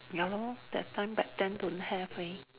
ya lor that time back then don't have leh